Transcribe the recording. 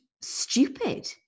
stupid